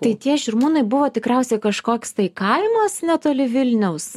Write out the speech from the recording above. tai tie žirmūnai buvo tikriausiai kažkoks tai kaimas netoli vilniaus